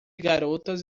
garotas